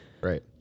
Right